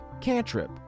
cantrip